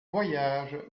voyage